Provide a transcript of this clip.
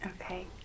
Okay